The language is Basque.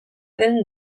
den